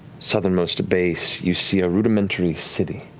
southernmost base, you see a rudimentary city